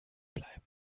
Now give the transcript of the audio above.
bleiben